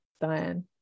Diane